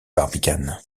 barbicane